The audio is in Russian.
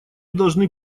должны